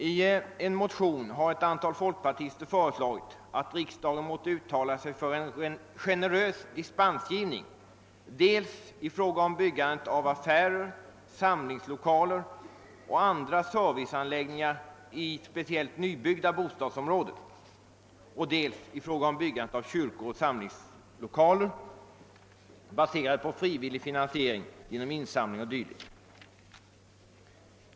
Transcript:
I en motion har ett antal folkpartister föreslagit att riksdagen måtte uttala sig för en generös dispensgivning i fråga om byggande av dels affärer, samlingslokaler och andra serviceanläggningar i speciellt nya bostadsområden, dels kyrkor och samlingslokaler vilka finansieras genom insamlingar och dylikt.